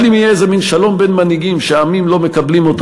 אבל אם יהיה איזה מין שלום בין מנהיגים שהעמים לא מקבלים אותו,